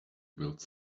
build